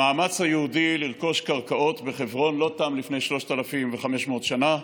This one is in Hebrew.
המאמץ היהודי לרכוש קרקעות בחברון לא תם לפני 3,500 שנה,